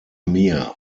mia